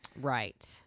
Right